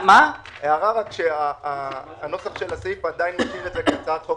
הערה הנוסח של הסעיף עדיין כהצעת חוק